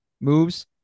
moves